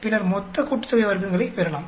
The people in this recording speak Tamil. பின்னர் மொத்த கூட்டுத்தொகை வர்க்கங்களை பெறலாம்